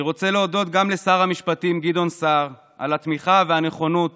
אני רוצה להודות גם לשר המשפטים גדעון סער על התמיכה והנכונות